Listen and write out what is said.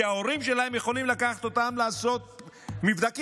כי ההורים שלהם יכולים לקחת אותם לעשות מבדקים,